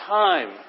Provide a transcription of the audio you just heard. time